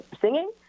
singing